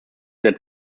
that